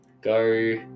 Go